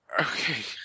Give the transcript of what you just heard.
okay